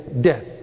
Death